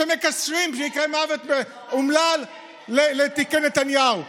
מקשרים מקרה מוות אומלל לתיקי נתניהו.